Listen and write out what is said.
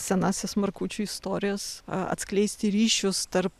senąsias markučių istorijas a atskleisti ryšius tarp